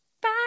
bye